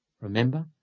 Remember